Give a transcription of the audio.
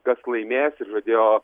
kas laimės ir žadėjo